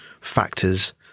factors